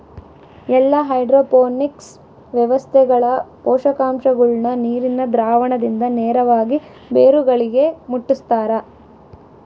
ಎಲ್ಲಾ ಹೈಡ್ರೋಪೋನಿಕ್ಸ್ ವ್ಯವಸ್ಥೆಗಳ ಪೋಷಕಾಂಶಗುಳ್ನ ನೀರಿನ ದ್ರಾವಣದಿಂದ ನೇರವಾಗಿ ಬೇರುಗಳಿಗೆ ಮುಟ್ಟುಸ್ತಾರ